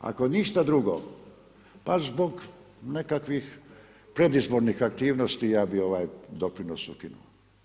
Ako ništa drugo, pa zbog nekakvih predizbornih aktivnosti, ja bi ovaj doprinos ukinuo.